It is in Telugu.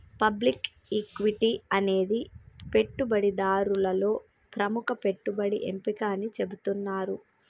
పబ్లిక్ ఈక్విటీ అనేది పెట్టుబడిదారులలో ప్రముఖ పెట్టుబడి ఎంపిక అని చెబుతున్నరు